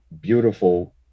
beautiful